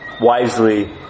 wisely